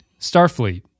Starfleet